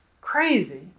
crazy